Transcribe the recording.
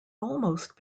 almost